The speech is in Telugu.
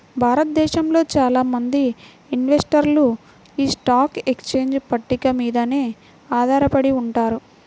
భారతదేశంలో చాలా మంది ఇన్వెస్టర్లు యీ స్టాక్ ఎక్స్చేంజ్ పట్టిక మీదనే ఆధారపడి ఉంటారు